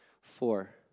four